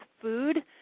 food